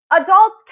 adults